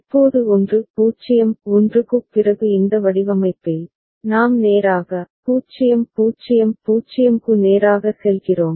இப்போது 1 0 1 க்குப் பிறகு இந்த வடிவமைப்பில் நாம் நேராக 0 0 0 க்கு நேராக செல்கிறோம்